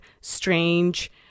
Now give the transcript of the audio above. strange